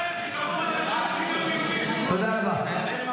תודה רבה.